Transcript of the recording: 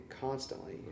constantly